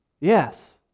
Yes